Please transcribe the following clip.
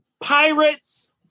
Pirates